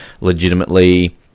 legitimately